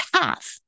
path